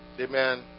amen